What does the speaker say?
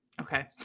Okay